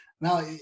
Now